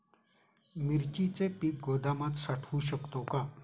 मिरचीचे पीक गोदामात साठवू शकतो का?